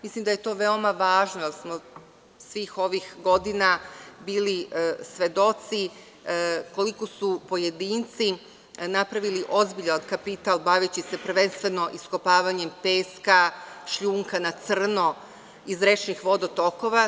Mislim da je to veoma važno, jer smo svih ovih godina bili svedoci koliko su pojedinci napravili ozbiljan kapital baveći se, prvenstveno, iskopavanjem peska, šljunka na crno iz rečnih vodotokova.